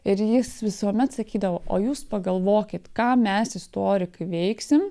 ir jis visuomet sakydavo o jūs pagalvokit ką mes istorikai veiksim